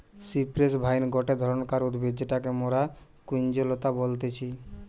cypress vine গটে ধরণকার উদ্ভিদ যেটাকে মরা কুঞ্জলতা বলতিছে